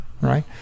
right